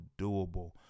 doable